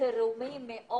הישיבה ננעלה